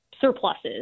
surpluses